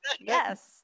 yes